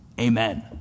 Amen